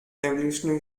evolutionary